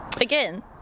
Again